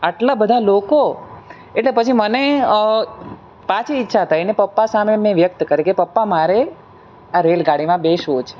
આટલા બધા લોકો એટલે પછી મને પાછી ઈચ્છા થઈ અને પપ્પા સામે મેં વ્યક્ત કરી કે પપ્પા મારે આ રેલગાડીમાં બેસવું છે